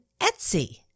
Etsy